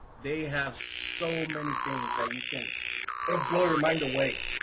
they have so many things that you can it'll blow your mind away,